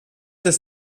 des